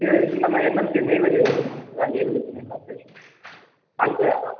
இல்லை நம்ம NLC Neyveli Neyveli thermal corporation அங்கே